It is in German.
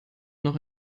noch